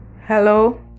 Hello